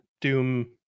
Doom